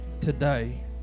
today